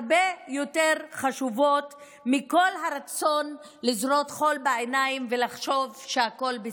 הרבה יותר חשובות מכל הרצון לזרות חול בעיניים ולחשוב שהכול בסדר.